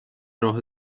راه